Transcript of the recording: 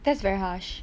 that's very harsh